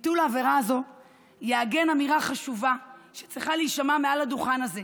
ביטול העבירה הזו יעגן אמירה חשובה שצריכה להישמע מעל הדוכן הזה.